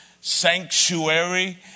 sanctuary